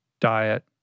diet